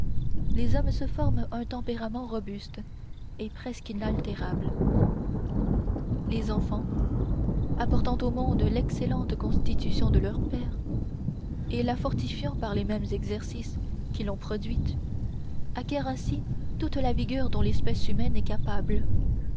les hommes se forment un tempérament robuste et presque inaltérable les enfants apportant au monde l'excellente constitution de leurs pères et la fortifiant par les mêmes exercices qui l'ont produite acquièrent ainsi toute la vigueur dont l'espèce humaine est capable